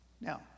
Now